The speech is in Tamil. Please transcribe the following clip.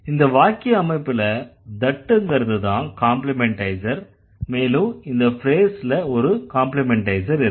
இந்த வாக்கிய அமைப்புல that ங்கறதுதான் காம்ப்ளிமண்டைசர் மேலும் இந்த ஃப்ரேஸ்ல ஒரு காம்ப்ளிமண்டைசர் இருக்கு